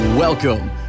Welcome